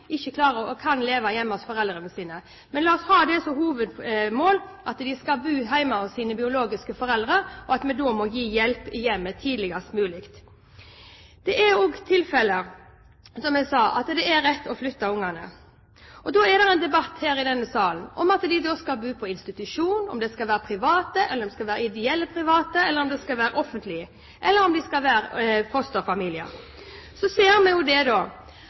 ikke klarer og ikke kan leve hjemme hos foreldrene sine. Men la oss ha som hovedmål at de skal bo hjemme hos sine biologiske foreldre. Da må vi gi hjelp i hjemmet tidligst mulig. Det er også tilfeller, som jeg sa, da det er rett å flytte ungene. Da er det en debatt her i denne salen om de skal bo på institusjon, og om det skal være private, ideelle private eller offentlige institusjoner, eller om de skal være hos fosterfamilier. Vi ser at kommunene sliter med å få tak i fosterhjem fordi man får bedre betalt for de statlige fosterhjemmene. Vi